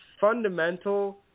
fundamental